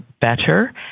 better